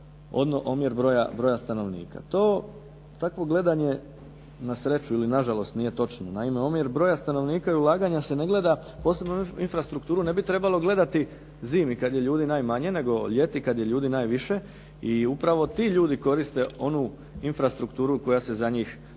to omjer broja stanovnika. To takvo gledanje na sreću ili na žalost nije točno. Naime, omjer broja stanovnika i ulaganja se ne gleda, posebno infrastrukturu ne bi trebalo gledati zimi kad je ljudi najmanje, nego ljeti kad je ljudi najviše i upravo ti ljudi koriste onu infrastrukturu koja se i za njih gradi.